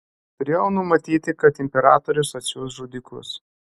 turėjau numatyti kad imperatorius atsiųs žudikus